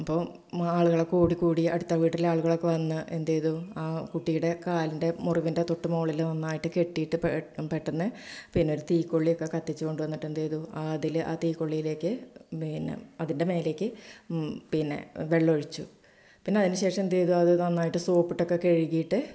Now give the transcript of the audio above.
അപ്പോൾ ആളുകളൊക്കെ ഓടിക്കൂടി അടുത്ത വീട്ടിലെ ആളുകളൊക്കെ വന്ന് എന്തെയ്തു ആ കുട്ടിയുടെ കാലിന്റെ മുറിവിന്റെ തൊട്ടു മുകളില് ഒന്നായിട്ടു കെട്ടിയിട്ട് പെ പെട്ടെന്ന് പിന്നൊരു തീക്കൊള്ളിയൊക്കെ കത്തിച്ചു കൊണ്ടു വന്നിട്ട് എന്തുചെയ്തു ആ അതില് ആ തീക്കൊള്ളിയിലേക്ക് പിന്നെ അതിന്റെ മുകളിലേക്ക് പിന്നെ വെള്ളം ഒഴിച്ചു പിന്നയതിനുശേഷം എന്തുചെയ്തു അത് നന്നായിട്ട് സോപ്പിട്ടൊക്കെ കഴുകിയിട്ട്